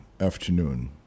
afternoon